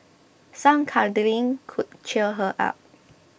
some cuddling could cheer her up